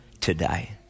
today